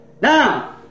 Now